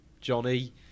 Johnny